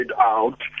out